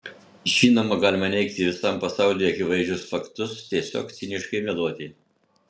žinoma galima neigti visam pasauliui akivaizdžius faktus tiesiog ciniškai meluoti